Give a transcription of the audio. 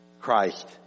Christ